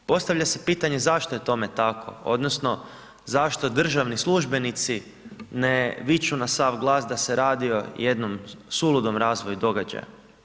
Postavlja se pitanje zašto je tome tako odnosno zašto državni službenici ne viču na sav glas da se radi o jednom suludom razvoju događaja?